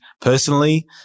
personally